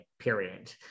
period